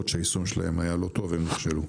שהיישום שלהן היה לא טוב והן נכשלו.